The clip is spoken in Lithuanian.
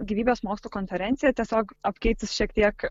gyvybės mokslų konferencija tiesiog apkeitus šiek tiek